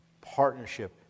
Partnership